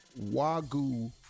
Wagyu